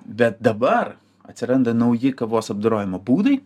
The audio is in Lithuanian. bet dabar atsiranda nauji kavos apdorojimo būdai